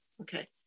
okay